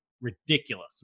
ridiculous